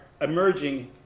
emerging